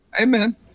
Amen